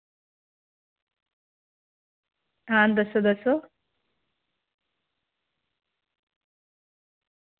हां दस्सो दस्सो